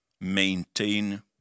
maintain